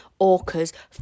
orcas